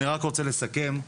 אני רק רוצה לסכם.